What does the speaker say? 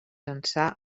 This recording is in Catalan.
ençà